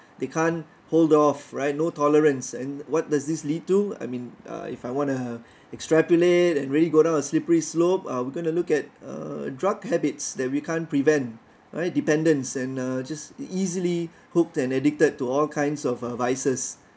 they can't hold off right no tolerance and what does this lead to I mean uh if I wanna extrapolate and really go down a slippery slope uh we're going to look at a drug habits that we can't prevent right dependence and uh just easily hooked and addicted to all kinds of uh vices